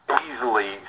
easily